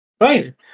Right